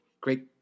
great